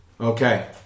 Okay